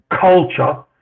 culture